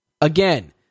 Again